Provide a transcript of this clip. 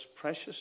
precious